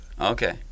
Okay